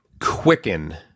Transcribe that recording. quicken